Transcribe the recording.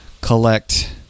collect